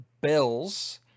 Bills